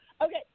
Okay